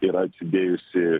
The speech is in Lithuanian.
yra atsidėjusi